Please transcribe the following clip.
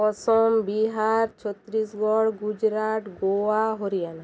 Assam Bihar Chhattisgarh Gujarat Goa Haryana